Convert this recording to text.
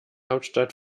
hauptstadt